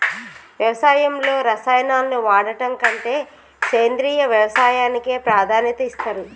వ్యవసాయంలో రసాయనాలను వాడడం కంటే సేంద్రియ వ్యవసాయానికే ప్రాధాన్యత ఇస్తరు